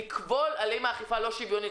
לכבול במצב בו האכיפה היא לא שוויונית.